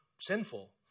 sinful